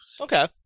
Okay